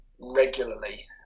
regularly